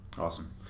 Awesome